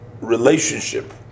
relationship